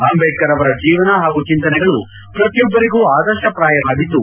ಅಂಬೇಡ್ಕರ್ ಅವರ ಜೀವನ ಹಾಗೂ ಚಿಂತನೆಗಳು ಪ್ರತಿಯೊಬ್ಬರಿಗೂ ಆದರ್ಶಪ್ರಾಯವಾಗಿದ್ದು